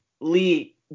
Lee